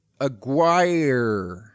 Aguirre